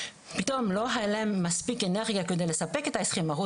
פתאום לא היה להם מספיק אנרגיה על מנת לספק את העשרים אחוז,